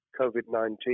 COVID-19